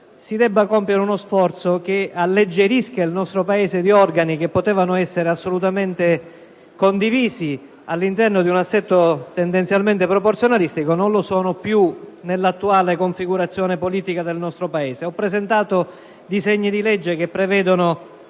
si debba compiere uno sforzo che alleggerisca il nostro Paese di organi che, se potevano essere assolutamente condivisi all'interno di un assetto tendenzialmente proporzionalistico, non lo sono più nell'attuale configurazione politica del nostro Paese. Ho presentato disegni di legge che prevedono